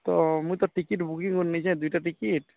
ତ ମୁଇଁ ତ ଟିକେଟ୍ ବୁକିଂ କରିନି ଯେ ଦୁଇଟା ଟିକେଟ୍